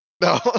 no